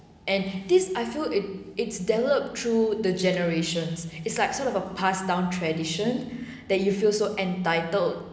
and this I feel it it's develop through the generations is like sort of a pass down tradition that you feel so entitled